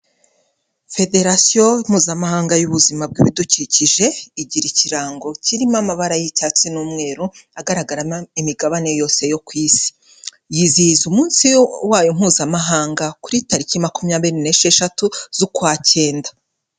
Federasiyo Mpuzamahanga y'ubuzima bw'ibidukikije, igira ikirango kirimo amabara y'icyatsi n'umweru, agaragaramo imigabane yose yo ku isi. Yizihiza umunsi wayo mpuzamahanga kuri tariki makumyabiri n'esheshatu z'ukwa cyenda.